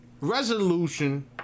resolution